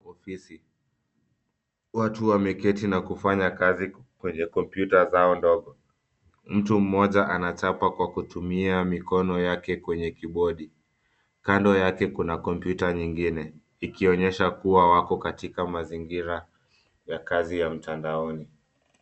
Watu wameketi na kufanya kazi kwenye kompyuta zao ndogo, mtu mmoja anachapa kwa kutumia mikono yake kwenye kibodi, kando yake kuna kompyuta nyingine, ikionyesha kuwa wako katika mazingira ya kazi ya mtandaoni.